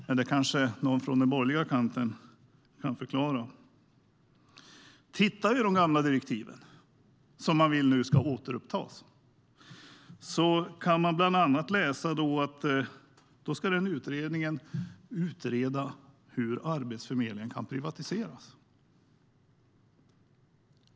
Men kanske någon på den borgerliga kanten kan förklara det. Tittar man i de gamla direktiven, som ni nu vill ska återupptas, kan man bland annat läsa att utredningen ska utreda hur Arbetsförmedlingen kan privatiseras.